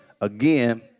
again